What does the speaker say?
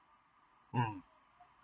um